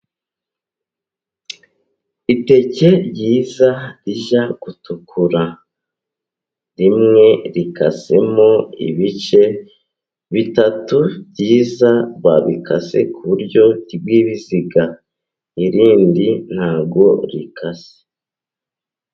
Iteke ryiza rijya gutukura, rimwe rikasemo ibice bitatu byiza, babikase ku buryo bw'ibiziga, irindi ntabwo rikase.